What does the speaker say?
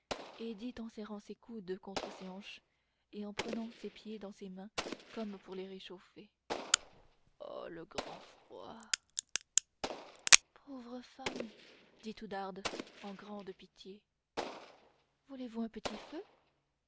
dit en serrant ses coudes contre ses hanches et en prenant ses pieds dans ses mains comme pour les réchauffer oh le grand froid pauvre femme dit oudarde en grande pitié voulez-vous un peu de feu